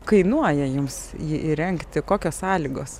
kainuoja jums jį įrengti kokios sąlygos